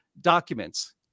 documents